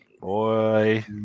boy